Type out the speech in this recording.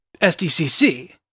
SDCC